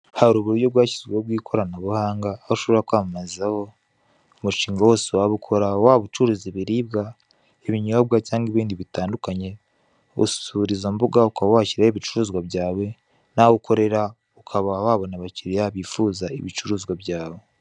Hari uburyo bwashyizweho bw'ikoranabuhanga, aho ushobora kwamamazaho umushinga wose waba ukora, waba ucuruza ibiribwa, ibinyobwa cyangwa ibindi bitandukanye, usura izo mbuga, ukaba washyiraho ibicuruzwa byawe n'aho ukorera, ukaba wabona abakiriya bifuza ibicuruzwa byawe.